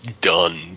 done